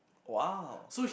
!wow!